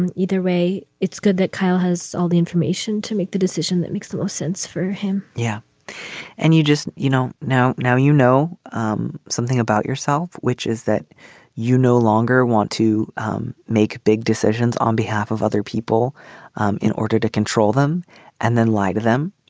and either way, it's good that kyle has all the information to make the decision that makes the most sense for him. yeah and you just you know, now now you know um something about yourself, which is that you no longer want to um make big decisions on behalf of other people in order to control them and then lie to them.